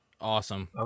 awesome